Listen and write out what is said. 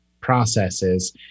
processes